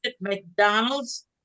McDonald's